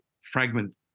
fragment